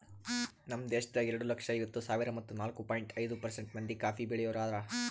ನಮ್ ದೇಶದಾಗ್ ಎರಡು ಲಕ್ಷ ಐವತ್ತು ಸಾವಿರ ಮತ್ತ ನಾಲ್ಕು ಪಾಯಿಂಟ್ ಐದು ಪರ್ಸೆಂಟ್ ಮಂದಿ ಕಾಫಿ ಬೆಳಿಯೋರು ಹಾರ